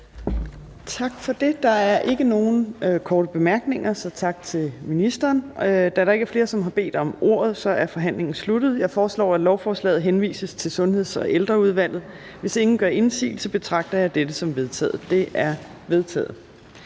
ministeren. Der er ikke nogen korte bemærkninger. Da der ikke er flere, som har bedt om ordet, er forhandlingen sluttet. Jeg foreslår, at lovforslaget henvises til Sundheds- og Ældreudvalget. Hvis ingen gør indsigelse, betragter jeg dette som vedtaget. Det er vedtaget.